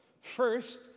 First